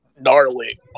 gnarly